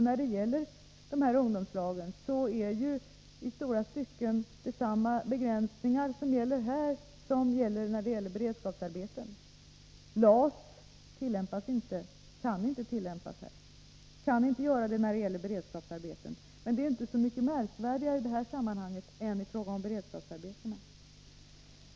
När det gäller dessa ungdomslag är det ju i stora stycken samma begränsningar som gäller där som i fråga om beredskapsarbeten. LAS tillämpas inte, kan inte tillämpas här och kan inte göra det när det gäller beredskapsarbeten. Men det är inte så mycket märkvärdigare i detta sammanhang än i fråga om beredskapsarbetena.